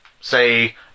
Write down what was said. say